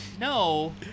no